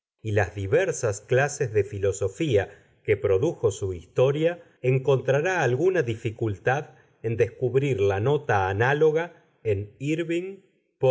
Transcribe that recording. y las diversas clases de filosofía que produjo su historia encontrará alguna dificultad en descubrir la nota análoga en írving